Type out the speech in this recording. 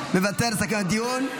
--- מוותר על לסכם את הדיון?